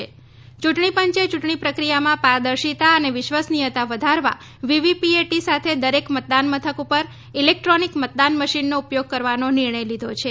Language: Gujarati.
યૂંટણી પંચે યૂંટણી પ્રક્રિયામાં પારદર્શિતા અને વિશ્વસનીયતા વધારવા વીવીપીએટી સાથે દરેક મતદાન મથક પર ઇલેક્ટ્રોનિક મતદાન મશીનનો ઉપયોગ કરવાનો નિર્ણય લીધો છે